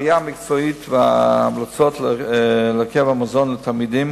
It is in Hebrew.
הראייה המקצועית וההמלצות להרכב המזון לתלמידים